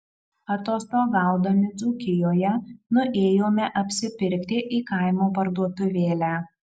atostogaudami dzūkijoje nuėjome apsipirkti į kaimo parduotuvėlę